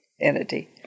entity